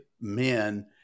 men